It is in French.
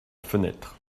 fenêtre